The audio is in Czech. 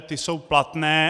Ty jsou platné.